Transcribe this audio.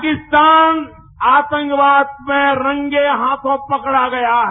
पाकिस्तान आतंकवाद में रंगे हाथों पकड़ा गया है